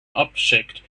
object